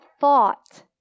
thought